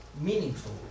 meaningful